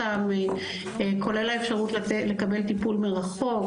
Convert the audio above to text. כולל האפשרות לקבל טיפול מרחוק,